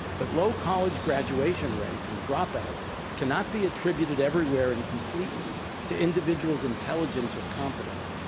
but low college graduation rates and dropout cannot be attributed everywhere and completely to individual's intelligence or competence.